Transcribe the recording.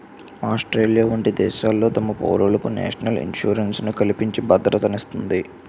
Australia వంట దేశాలు తమ పౌరులకు నేషనల్ ఇన్సూరెన్స్ ని కల్పించి భద్రతనందిస్తాయి